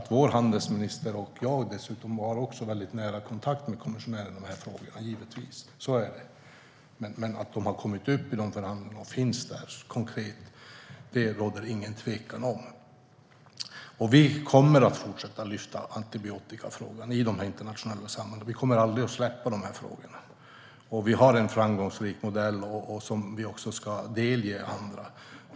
Vår handelsminister och jag har dessutom mycket nära kontakt med kommissionären om de här frågorna. Så är det. Men att antibiotikaresistensen har kommit upp i förhandlingarna konkret råder det ingen tvekan om. Vi kommer att fortsätta lyfta antibiotikafrågan i de här internationella sammanhangen; vi kommer aldrig att släppa de här frågorna. Vi har en framgångsrik modell som vi också ska delge andra.